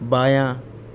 بایاں